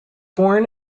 born